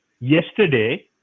yesterday